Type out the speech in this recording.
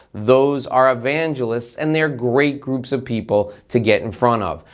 those are evangelists and they're great groups of people to get in front of.